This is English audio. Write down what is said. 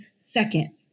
second